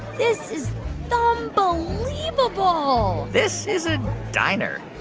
this is thumb-believable this is a diner.